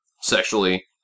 sexually